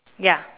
ya